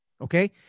okay